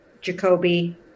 Jacoby